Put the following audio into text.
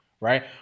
right